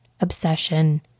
obsession